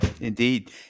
Indeed